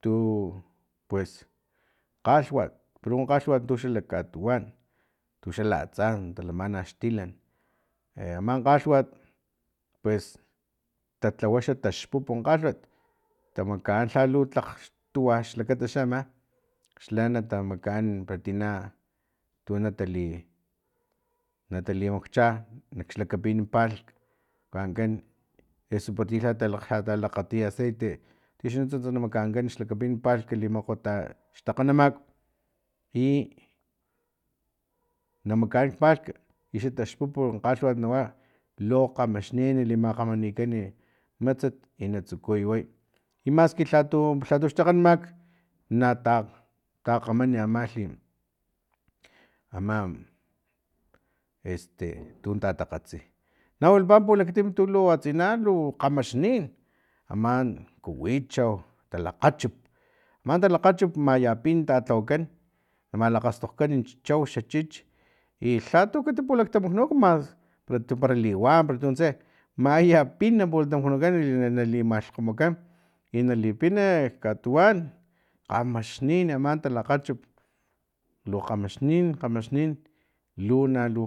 Tu pues kgalhwat pero kgalhwat untu xalakatuwan tu xalatsa talamana xtilan e ama kgalhwat pues talhawa xa taxpupu kgalhwat tamakaan lhalu tlak tuwa xlakata xa ama xla nata makaan atina tu natali natali makcha xlakapin palhk makankan eso para lha talakgati aceite tsa nuntsast na makankan xlakapin palhk xlimakgu xtakganamak i na makaan kpalhk i xa taxpup kgalhwat nawa lo kgamaxnin ki makgamanikan matsat ina tsukuy way i maski lhatu lhatu xtakganamak nata kgaman amalhi ama este tun tatakgatsi na wilapa pulaktim tulu atsina lu kgamaxnin aman kuwichau talakgachup aman talakgachup maya pin talhawakan na malakgastokgkani chau xa chichi i lha kati pulaktamaknuk mas para liwan para tuntse maya pin pulaktamaknukan i nali makgkgopukan i na lipina katuwan kgamaxnin ama talakgachup lo kgamaxnin kgamaxnin luna lu